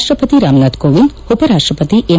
ರಾಷ್ಟಪತಿ ರಾಮನಾಥ್ ಕೋವಿಂದ್ ಉಪರಾಷ್ಟಪತಿ ಎಂ